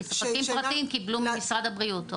כי ספקים פרטיים קיבלו ממשרד הבריאות.